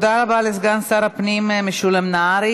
תודה רבה לסגן שר הפנים משולם נהרי.